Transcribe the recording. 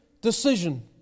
decision